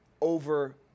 over